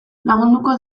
lagunduko